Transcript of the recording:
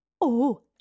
Oh